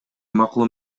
макул